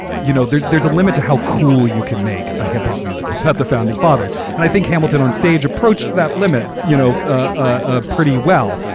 you know, there's there's a limit to how cool you can make a hip hop musical that the founding fathers. and i think hamilton on approached that limit, you know, ah pretty well.